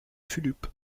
fulup